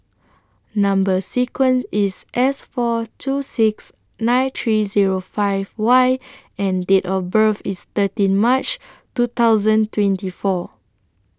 Number sequence IS S four two six nine three Zero five Y and Date of birth IS thirteen March two thousand twenty four